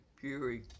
fury